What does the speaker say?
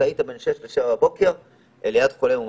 היה בין 06:00 ל-07:00 ליד חולה מאומת.